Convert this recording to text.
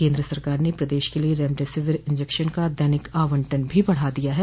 केन्द्र सरकार ने प्रदेश के लिये रेमडेसिविर इंजेक्शन का दैनिक आवंटन भी बढ़ा दिया है